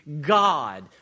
God